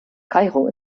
kairo